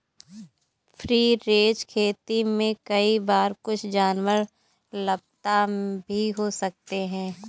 free range खेती में कई बार कुछ जानवर लापता भी हो सकते हैं